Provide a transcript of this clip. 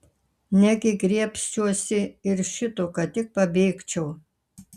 negi griebsiuosi ir šito kad tik pabėgčiau